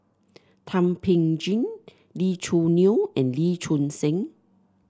Thum Ping Tjin Lee Choo Neo and Lee Choon Seng